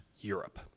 Europe